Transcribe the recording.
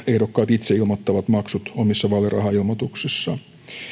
ehdokkaat itse ilmoittavat maksut omissa vaalirahailmoituksissaan